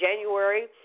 January